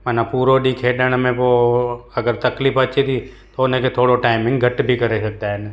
माना पूरो ॾींहं खेॾण में पोइ अगरि तक़लीफ़ अचे थी थो हुनखे थोरो टाइमिंग घटि बि करे सघंदा आहिनि